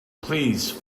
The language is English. please